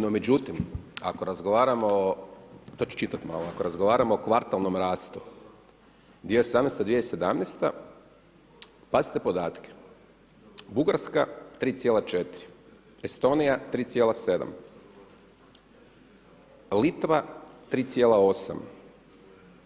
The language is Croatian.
No međutim, ako razgovaramo, to ću čitati malo, ako razgovaramo o kvartalnom rastu 2018. i 2017. pazite podatke, Bugarska 3,4, Estonija 3,7, Litva 3,8,